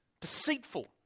deceitful